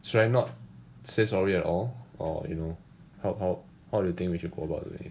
should I not say sorry at all or you know how how how do you think we should go about doing it